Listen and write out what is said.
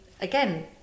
again